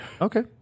Okay